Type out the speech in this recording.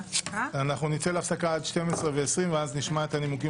אנחנו נצא להפסקה עד 12:20 ואז נשמע את הנימוקים